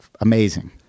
Amazing